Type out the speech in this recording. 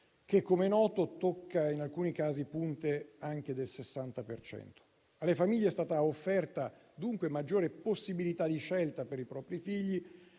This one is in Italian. che, come noto, tocca in alcuni casi punte anche del 60 per cento. Alle famiglie è stata offerta dunque maggiore possibilità di scelta per i propri figli,